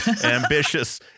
Ambitious